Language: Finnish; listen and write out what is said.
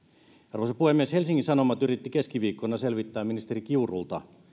arvoisa puhemies helsingin sanomat yritti keskiviikkona selvittää ministeri kiurulta